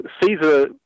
Caesar